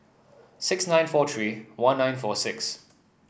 six nine four three one nine four six